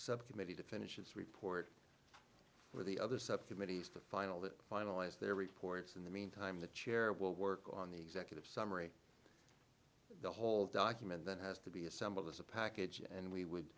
subcommittee to finish its report or the other subcommittees to final that finalize their reports in the meantime the chair will work on the executive summary the whole document that has to be assembled as a package and we would